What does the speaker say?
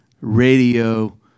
radio